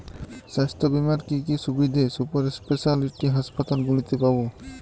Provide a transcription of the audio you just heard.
স্বাস্থ্য বীমার কি কি সুবিধে সুপার স্পেশালিটি হাসপাতালগুলিতে পাব?